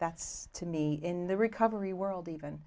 that's to me in the recovery world even